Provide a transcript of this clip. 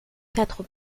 quatre